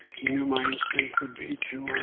he knew my instinct would be to um